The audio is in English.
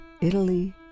Italy